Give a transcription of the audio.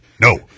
No